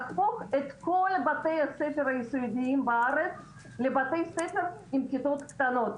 להפוך את כל בתי הספר היסודיים בארץ לבתי ספר עם כיתות קטנות,